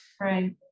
right